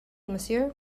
monsieur